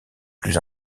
plus